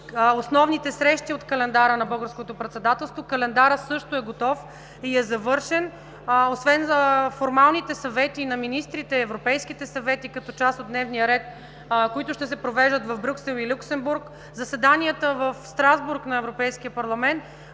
основните срещи от календара на Българското председателство. Календарът също е готов и е завършен. Освен формалните съвети на министрите, европейските съвети като част от дневния ред, които ще се провеждат в Брюксел и Люксембург, заседанията в Страсбург на Европейския парламент,